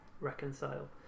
Reconcile